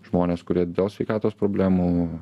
žmonės kurie dėl sveikatos problemų